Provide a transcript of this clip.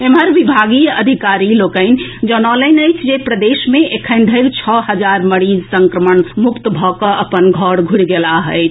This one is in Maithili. एम्हर विभागीय अधिकारी सभ जनौलनि अछि जे प्रदेश मे एखन धरि छओ हजार मरीज संक्रमण मुक्त भऽ अपन घर घूरि गेलाह अछि